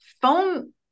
phone